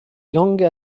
langues